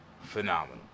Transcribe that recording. phenomenal